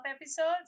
episodes